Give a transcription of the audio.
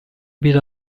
bir